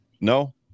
No